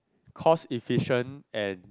cost efficient and